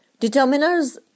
Determiners